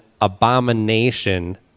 abomination